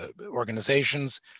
organizations